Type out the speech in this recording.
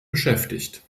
beschäftigt